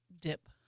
dip